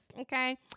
okay